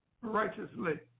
righteously